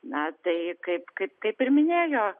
na tai kaip kaip kaip ir minėjo